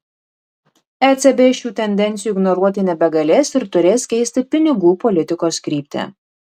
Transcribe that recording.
ecb šių tendencijų ignoruoti nebegalės ir turės keisti pinigų politikos kryptį